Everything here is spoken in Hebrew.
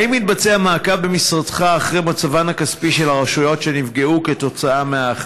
5. האם מתבצע מעקב במשרדך אחר מצבן הכספי של הרשויות שנפגעו מהחלטה?